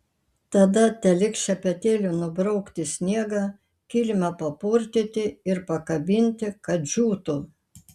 tada teliks šepetėliu nubraukti sniegą kilimą papurtyti ir pakabinti kad džiūtų